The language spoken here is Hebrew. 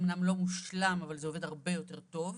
אמנם לא מושלם אבל זה עובד הרבה יותר טוב.